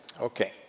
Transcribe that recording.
Okay